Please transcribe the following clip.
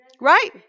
Right